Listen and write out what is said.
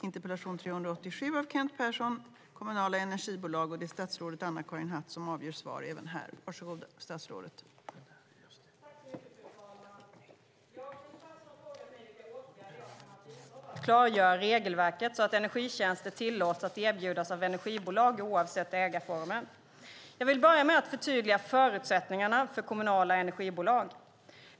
Fru talman! Kent Persson har frågat mig vilka åtgärder jag kommer att vidta för att klargöra regelverket så att energitjänster tillåts erbjudas av energibolag oavsett ägarformen. Jag vill börja med att förtydliga förutsättningarna för kommunala energibolag.